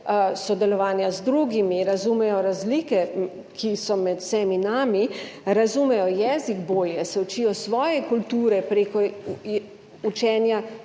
sodelovanja z drugimi, razumejo razlike, ki so med vsemi nami, bolje razumejo jezik, se učijo svoje kulture prek učenja